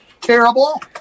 Terrible